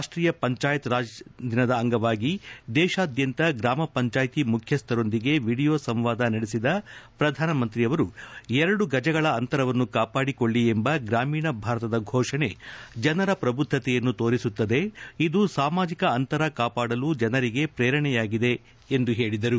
ರಾಷ್ಷೀಯ ಪಂಚಾಯತ್ ರಾಜ್ ದಿನದ ಅಂಗವಾಗಿ ದೇಶಾದ್ಯಂತ ಗ್ರಾಮ ಪಂಚಾಯಿತಿ ಮುಖ್ಯಸ್ಥರೊಂದಿಗೆ ವಿಡಿಯೋ ಸಂವಾದ ನಡೆಸಿದ ಪ್ರಧಾನಮಮಂತ್ರಿ ಎರಡು ಗಜಗಳ ಅಂತರವನ್ನು ಕಾಪಾಡಿ ಕೊಳ್ಳ ಎಂಬ ಗ್ರಾಮೀಣ ಭಾರತದ ಘೋಷಣೆ ಜನರ ಪ್ರಬುದ್ದತೆಯನ್ನು ತೋರಿಸುತ್ತದೆ ಇದು ಸಾಮಾಜಿಕ ಅಂತರ ಕಾಪಾಡಲು ಜನರಿಗೆ ಶ್ರೇರಣೆಯಾಗಿದೆ ಎಂದು ಹೇಳಿದರು